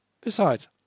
Besides